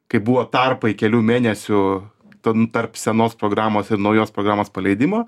kai buvo tarpai kelių mėnesių ten tarp senos programos ir naujos programos paleidimo